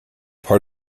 part